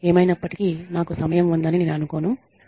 ఏమైనప్పటికీ నాకు సమయం ఉందని నేను అనుకోను